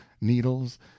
needles